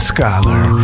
Scholar